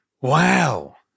Wow